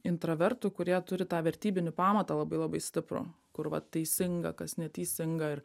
intravertų kurie turi tą vertybinį pamatą labai labai stiprų kur vat teisinga kas neteisinga ir